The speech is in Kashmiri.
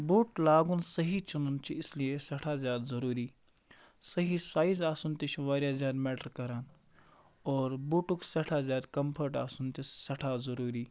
بوٗٹ لاگُن صحیح چُنُن چھُ اِسلیے سٮ۪ٹھاہ زیادٕ ضروٗری صحیح سایِز آسُن تہِ چھُ واریاہ زیادٕ میٹَر کَران اور بوٗٹُک سٮ۪ٹھاہ زیادٕ کَمفٲٹ آسُن تہِ سٮ۪ٹھاہ ضروٗری